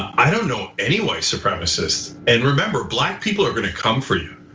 i don't know. anyway supremacist and remember black people are gonna come for you.